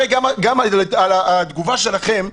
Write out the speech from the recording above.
הרי גם התגובה שלכם,